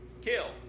kill